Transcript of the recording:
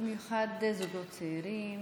במיוחד זוגות צעירים